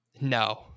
No